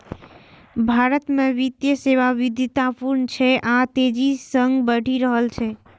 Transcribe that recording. भारत मे वित्तीय सेवा विविधतापूर्ण छै आ तेजी सं बढ़ि रहल छै